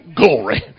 glory